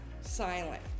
silent